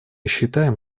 считаем